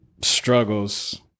struggles